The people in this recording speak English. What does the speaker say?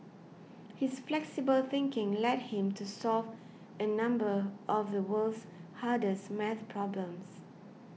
his flexible thinking led him to solve a number of the world's hardest math problems